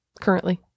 currently